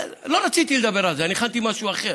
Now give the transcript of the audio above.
לא רציתי לדבר על זה, הכנתי משהו אחר,